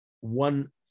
one